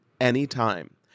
anytime